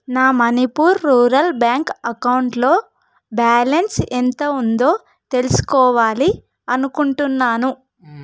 నా Manipur rural bank అకౌంట్లో balance ఎంత ఉందో తెలుసుకోవాలి అనుకుంటున్నాను